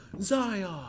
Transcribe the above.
Zion